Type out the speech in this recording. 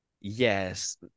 yes